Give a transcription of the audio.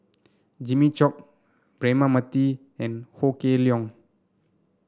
Jimmy Chok Braema Mathi and Ho Kah Leong